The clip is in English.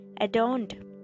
adorned